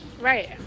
Right